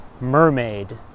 Mermaid